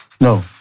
No